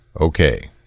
okay